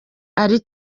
ari